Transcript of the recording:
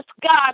God